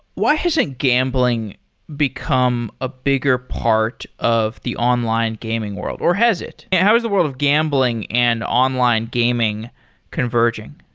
why hasn't gambling become a bigger part of the online gaming world, or has it? how is the world of gambling and online gaming converging?